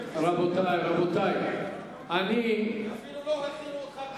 אפילו לא הכינו אותך כראוי להצגת החוק.